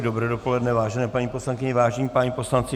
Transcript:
Dobré dopoledne, vážené paní poslankyně, vážení páni poslanci.